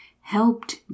helped